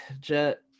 Jet